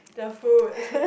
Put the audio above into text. the food